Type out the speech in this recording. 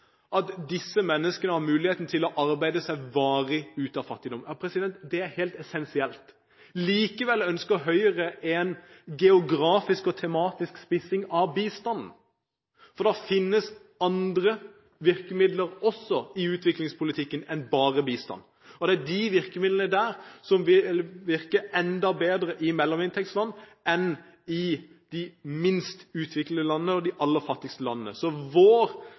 at disse menneskene har mulighet til å arbeide seg varig ut av fattigdom. Det er helt essensielt. Likevel ønsker Høyre en geografisk og tematisk spissing av bistand, for det finnes andre virkemidler også i utviklingspolitikken enn bare bistand. Det er disse virkemidlene som vil virke enda bedre i mellominntektsland enn i de minst utviklede landene og de aller fattigste landene. Vår prioritering av bistanden gjelder de aller fattigste landene. Vår